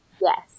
Yes